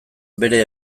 bere